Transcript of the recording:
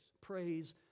Praise